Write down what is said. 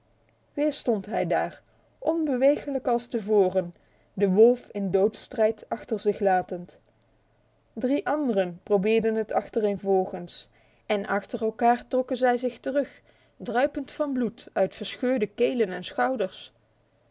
weer stond hij daar onbeweeglijk als te voren de wolf in doodsstrijd achter zich latend drie anderen probeerden het achtereenvolgens en achter elkaar trokken zij zich terug druipend van bloed uit verscheurde kelen en schouders